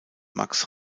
max